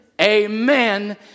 amen